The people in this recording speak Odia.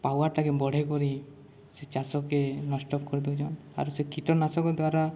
ପାୱାରଟାକେ ବଢ଼ାଇ କରି ସେ ଚାଷକେ ନଷ୍ଟ କରି ଦଉଛନ୍ ଆରୁ ସେ କୀଟନାଶକ ଦ୍ୱାରା